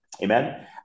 Amen